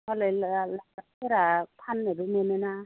मालाय मानसिफोरा फान्नोबो मोनो ना